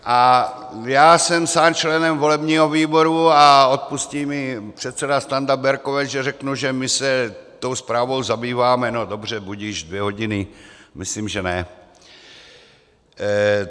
A já jsem sám členem volebního výboru, a odpustí mi předseda Standa Berkovec, že řeknu, že my se tou zprávou zabýváme no dobře, budiž, dvě hodiny, myslím, že ne.